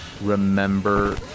remember